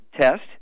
test